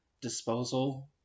disposal